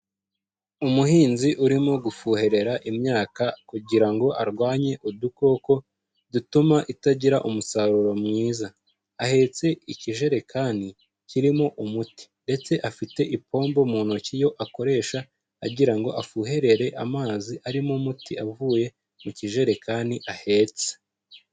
Umuhinzi urimo gufuherera imyaka kugira ngo arwanye udukoko dutuma itagira umusaruro mwiza. Ahetse ikijerekani kirimo umuti ndetse afite ipombo mu ntoki yo akoresha agira afuherere amazi arimo umuti avuye mu kijerekani ahetse.